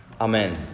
amen